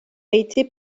été